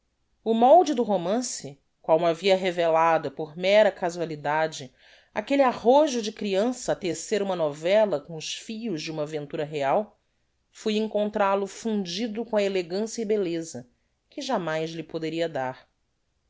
o molde do romance qual m'o havia revelado por mera casualidade aquelle arrojo de criança á tecer uma novella com os fios de uma ventura real fui encontral o fundido com a elegancia e belleza que jamais lhe poderia dar